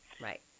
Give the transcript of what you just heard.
Right